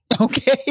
Okay